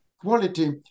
quality